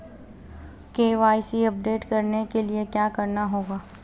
KYC update करने के लिए क्या करना होगा?